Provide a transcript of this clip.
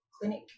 clinic